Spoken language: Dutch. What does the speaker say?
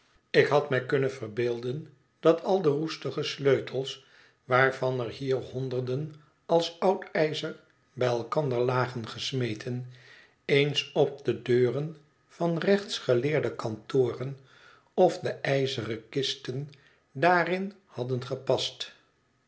ik had mij kunnen verbeelden dat al de roestige sleutels waarvan er hier honderden als oud ijzer bij elkander lagen gesmeten eens op de deuren van rechtsgeleerde kantoren of de ijzeren kisten daarin hadden gepast